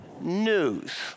news